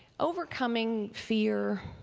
overcoming fear